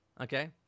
Okay